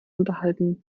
unterhalten